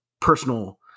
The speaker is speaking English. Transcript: personal